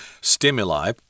stimuli